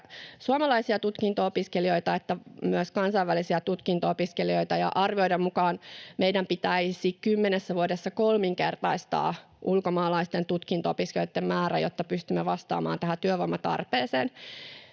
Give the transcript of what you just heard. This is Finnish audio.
suomalaisia tutkinto-opiskelijoita että myös kansainvälisiä tutkinto-opiskelijoita, ja arvioiden mukaan meidän pitäisi kymmenessä vuodessa kolminkertaistaa ulkomaalaisten tutkinto-opiskelijoitten määrä, jotta pystymme vastaamaan tähän työvoimatarpeeseen.